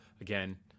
Again